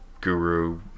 guru